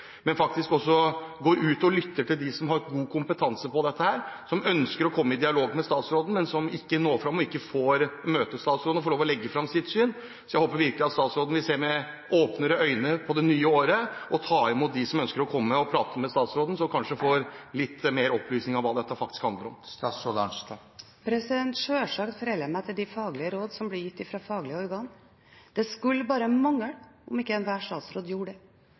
men faktisk også går ut og lytter til dem som har god kompetanse på dette, og som ønsker å komme i dialog med statsråden, men som ikke når fram og får møte statsråden og får lov å legge fram sitt syn. Jeg håper virkelig at statsråden vil se med åpnere øyne på det nye året og ta imot dem som ønsker å komme og prate med statsråden, slik at hun kanskje får litt mer opplysning om hva dette faktisk handler om. Selvsagt forholder jeg meg til de faglige rådene som blir gitt fra faglige organ. Det skulle bare mangle om ikke enhver statsråd gjorde det.